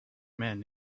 men